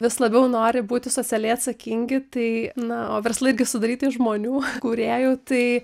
vis labiau nori būti socialiai atsakingi tai na o verslai gi sudaryti iš žmonių kūrėjų tai